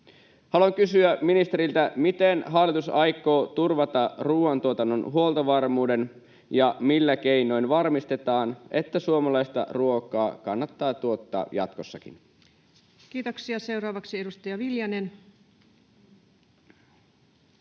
Haluan kysyä ministeriltä: miten hallitus aikoo turvata ruuantuotannon huoltovarmuuden, ja millä keinoin varmistetaan, että suomalaista ruokaa kannattaa tuottaa jatkossakin? Kiitoksia. — Seuraavaksi edustaja Viljanen.